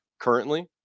currently